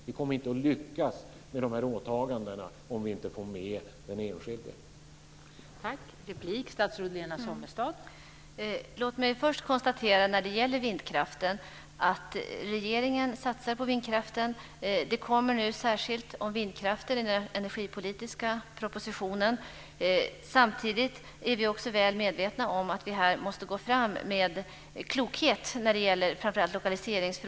Vi kommer inte att lyckas med dessa åtaganden om vi inte får med den enskilda medborgaren.